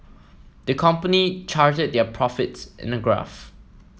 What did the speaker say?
the company charted their profits in a graph